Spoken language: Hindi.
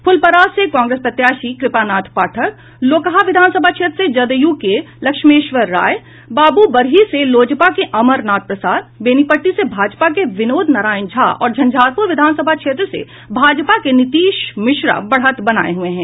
फूलपरास से कांग्रेस प्रत्याशी कृपानाथ पाठक लोकहा विधानसभा क्षेत्र से जदयू के लक्ष्मेश्वर राय बाबू बरही से लोजपा के अमरनाथ प्रसाद बेनीपट्टी से भाजपा के विनोद नारायण झा और झंझारपुर विधानसभा क्षेत्र से भाजपा के नीतीश मिश्र बढ़त बनाये हुए हैं